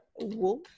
wolf